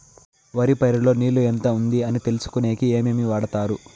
వరి పైరు లో నీళ్లు ఎంత ఉంది అని తెలుసుకునేకి ఏమేమి వాడతారు?